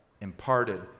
imparted